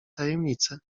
tajemnice